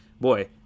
Boy